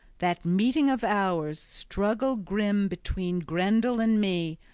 that meeting of ours, struggle grim between grendel and me,